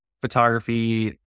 photography